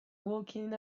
walking